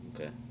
Okay